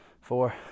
four